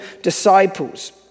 disciples